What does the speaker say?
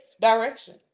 direction